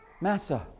Massa